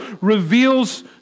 reveals